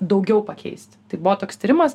daugiau pakeisti tai buvo toks tyrimas